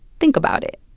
think about it.